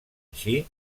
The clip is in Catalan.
així